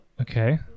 Okay